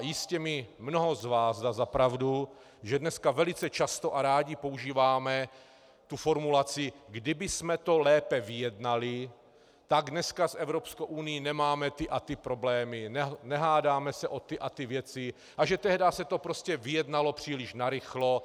Jistě mi mnoho z vás dá za pravdu, že dneska velice často a rádi používáme formulaci: Kdybychom to lépe vyjednali, tak dneska s Evropskou unií nemáme ty a ty problémy, nehádáme se o ty a ty věci, a že tehdy se to prostě vyjednalo příliš narychlo.